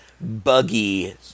buggy